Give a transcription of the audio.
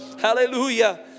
Hallelujah